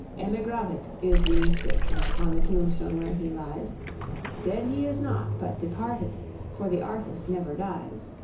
emigravit is the inscription on the tomb-stone where he lies dead he is not, but departed for the artist never dies.